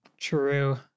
True